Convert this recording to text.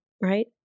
right